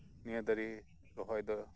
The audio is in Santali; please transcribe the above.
ᱱᱤᱭᱟᱹ ᱫᱟᱨᱮ ᱨᱚᱦᱚᱭ ᱫᱚ